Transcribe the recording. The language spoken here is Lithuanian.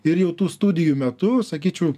ir jau tų studijų metu sakyčiau